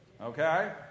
okay